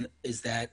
הם יודעים